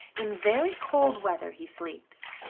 in very cold weather he sleeps,